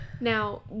now